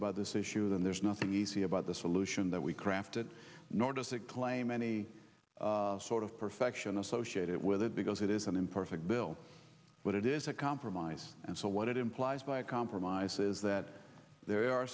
about this issue then there's nothing easy about the solution that we crafted nor does it claim any sort of perfection associated with it because it is an imperfect bill but it is a compromise and so what it implies by a compromise is that there are